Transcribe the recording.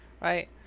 right